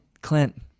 Clint